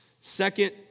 Second